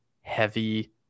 heavy